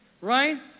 right